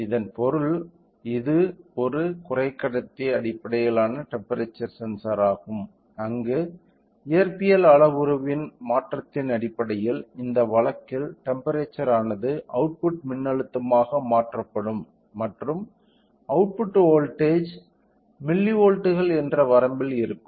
இதன் பொருள் இது ஒரு குறைக்கடத்தி அடிப்படையிலான டெம்ப்பெரேச்சர் சென்சார் ஆகும் அங்கு இயற்பியல் அளவுருவின் மாற்றத்தின் அடிப்படையில் இந்த வழக்கில் டெம்ப்பெரேச்சர் ஆனது அவுட்புட் மின்னழுத்தமாக மாற்றப்படும் மற்றும் அவுட்புட் வோல்ட்டேஜ் மில்லிவோல்ட்கள் என்ற வரம்பில் இருக்கும்